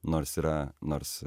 nors yra nors